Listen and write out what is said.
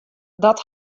dat